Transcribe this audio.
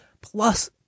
Plus